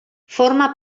forma